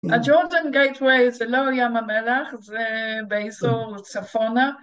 הג'ורדון גייטווי זה לא ים המלח, זה באזור צפונה